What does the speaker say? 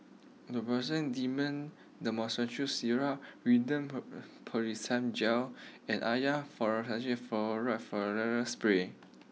Robitussin Dextromethorphan Syrup Rosiden Piroxicam Gel and Avamys Fluticasone Furoate Spray